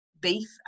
beef